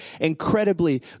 incredibly